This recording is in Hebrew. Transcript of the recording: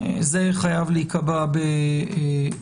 זה חייב להיקבע בנהלים.